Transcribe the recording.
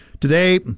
Today